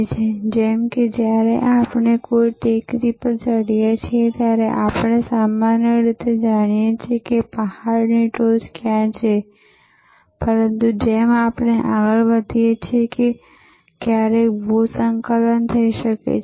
અને જેમ તે અહીં બતાવે છે તેમ આ શોપિંગ મોલ અથવા મોટા સુપરમાર્કેટ વગેરેનું આંતરિક ભાગ પણ હોઈ શકે છે